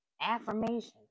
affirmation